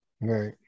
right